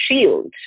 shield